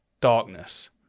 darkness